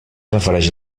refereix